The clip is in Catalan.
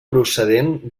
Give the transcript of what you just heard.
procedent